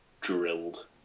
drilled